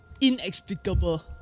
inexplicable